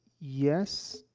yes,